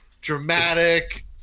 dramatic